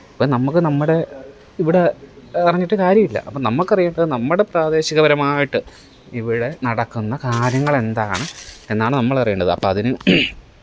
ഇപ്പം നമുക്ക് നമ്മുടെ ഇവിടെ അറിഞ്ഞിട്ട് കാര്യവില്ല അപ്പം നമുക്ക് അറിയേണ്ടത് നമ്മുടെ പ്രാദേശികപരമായിട്ട് ഇവിടെ നടക്കുന്ന കാര്യങ്ങളെന്താണ് എന്നാണ് നമ്മളറിയേണ്ടത് അപ്പം അതിന്